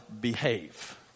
behave